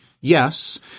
Yes